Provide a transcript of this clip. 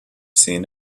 seen